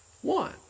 One